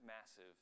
massive